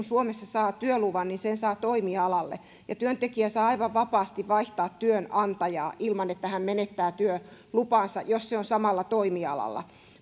suomessa saa työluvan sen saa toimialalle ja työntekijä saa aivan vapaasti vaihtaa työnantajaa ilman että hän menettää työlupansa jos se on samalla toimialalla